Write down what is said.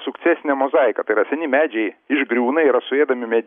suktesnė mozaika tai yra seni medžiai išgriūna yra suėdami me